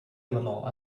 little